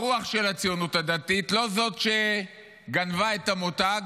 ברוח של הציונות הדתית, לא זאת שגנבה את המותג